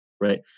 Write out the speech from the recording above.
right